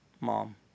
Mom